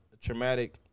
traumatic